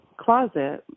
closet